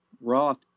Roth